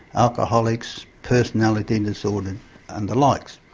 alcoholics, personalty disorders and the likes,